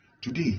today